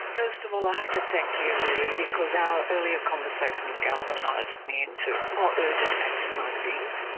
first of all i have to thank you really because our earlier conversation and galvanised me into more urgent action, i think.